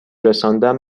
رساندم